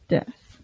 Death